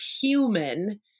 human